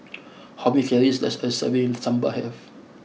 how many calories does a serving of Sambar have